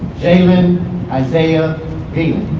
jaylin isaiah